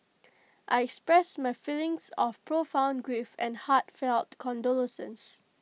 I express my feelings of profound grief and heartfelt condolences